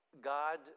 God